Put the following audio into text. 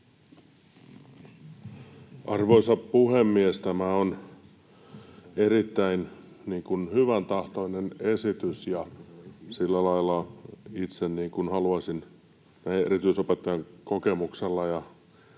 Arvoisa puhemies! Tämä on erittäin hyväntahtoinen esitys, ja itse haluaisin näin erityisopettajan kokemuksella